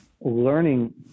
learning